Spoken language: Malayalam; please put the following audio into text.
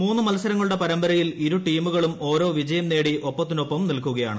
മൂന്നു മത്സരങ്ങളുടെ പരമ്പരയിൽ ഇരു ടീമുകളും ഓരോ വിജയം നേടി ഒപ്പത്തിനൊപ്പം നിൽക്കുകയാണ്